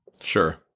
Sure